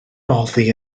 boddi